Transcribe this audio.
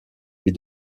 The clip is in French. vis